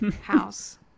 house